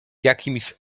jakimś